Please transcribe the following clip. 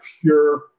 pure